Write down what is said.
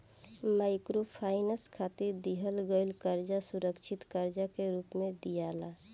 microfinance खातिर दिहल गईल कर्जा असुरक्षित कर्जा के रूप में दियाला